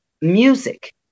music